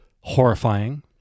horrifying